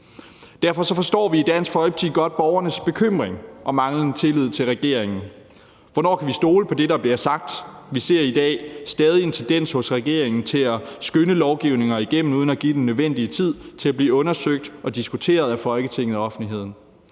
Derfor forstår vi i Dansk Folkeparti godt borgernes bekymring og manglende tillid til regeringen. Hvornår kan vi stole på det, der bliver sagt? Vi ser i dag stadig en tendens hos regeringen til at skynde lovgivning igennem uden at give den den nødvendige tid til at blive undersøgt og diskuteret af Folketinget og offentligheden.